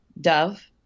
Dove